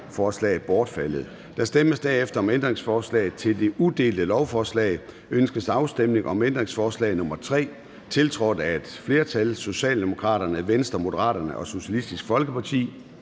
lovforslag bortfaldet. Der stemmes derefter om ændringsforslag til det udelte lovforslag. Ønskes afstemning om ændringsforslag nr. 3, tiltrådt af et flertal (S, V, M og SF)? Det er vedtaget. Jeg foreslår, at